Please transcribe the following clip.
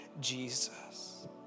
Jesus